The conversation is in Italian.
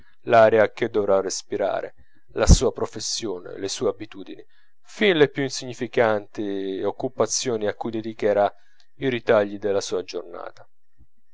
l'aria che dovrà respirare la sua professione le sue abitudini fin le più insignificanti occupazioni a cui dedicherà i ritagli della sua giornata